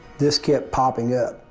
this kept popping up.